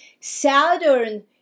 Saturn